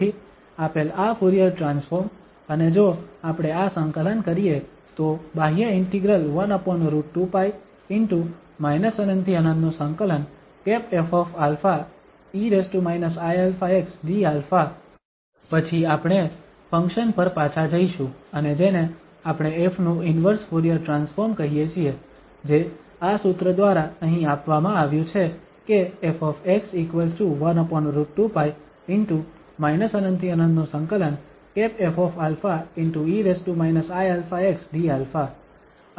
તેથી આપેલ આ ફુરીયર ટ્રાન્સફોર્મ અને જો આપણે આ સંકલન કરીએ તો બાહ્ય ઇન્ટિગ્રલ 1√2π ✕∞∫∞ 𝑓α e iαx dα પછી આપણે ફંક્શન પર પાછા જઈશું અને જેને આપણે ƒ નું ઇન્વર્સ ફુરીયર ટ્રાન્સફોર્મ કહીએ છીએ જે આ સૂત્ર દ્વારા અહીં આપવામાં આવ્યું છે કે ƒ 1√2π ✕∞∫∞ 𝑓α e iαx dα